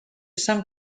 some